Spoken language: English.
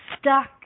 stuck